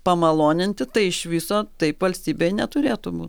pamaloninti tai iš viso taip valstybėj neturėtų bū